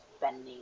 bending